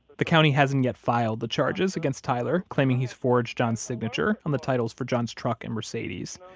the county hasn't yet filed the charges against tyler, claiming he's forged john's signature on the titles for john's truck and mercedes.